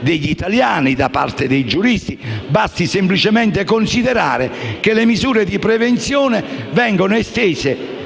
degli italiani e dei giuristi. Basti semplicemente considerare che le misure di prevenzione vengono estese